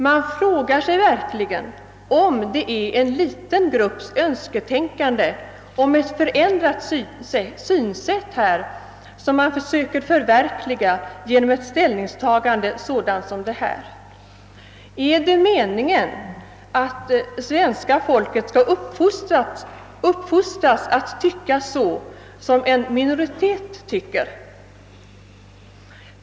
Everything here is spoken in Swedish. Man frågar sig verkligen om det är en liten grupps önsketänkande om ett förändrat synsätt på detta område som man sökt förverkliga genom ett ställningstagande sådant som detta. är det meningen att svenska folket skall uppfostras att tycka så som en minoritet tycker?